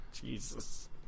Jesus